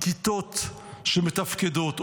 כיתות שמתפקדות,